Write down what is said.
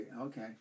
Okay